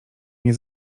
nie